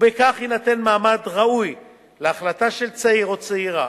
ובכך יינתן מעמד ראוי להחלטה של צעיר או צעירה